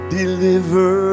deliver